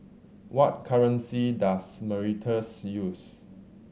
what currency does Mauritius use